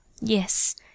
yes